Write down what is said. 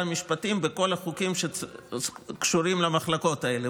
המשפטים וכל החוקים שקשורים למחלקות האלה.